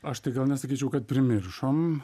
aš tai gal nesakyčiau kad primiršom